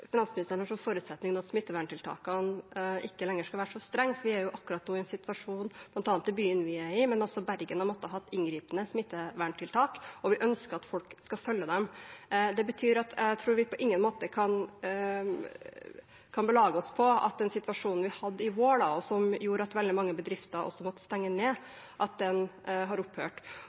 finansministeren har som forutsetning at smitteverntiltakene ikke lenger skal være så strenge. Vi er jo akkurat nå i en situasjon der den byen vi er i, og der bl.a. Bergen har måttet ha inngripende smitteverntiltak, og vi ønsker at folk skal følge dem. Det betyr at vi på ingen måte kan belage oss på at den situasjonen vi hadde i vår, og som gjorde at veldig mange bedrifter måtte stenge ned, har opphørt.